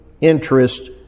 interest